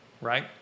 right